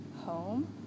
home